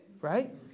right